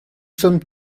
sommes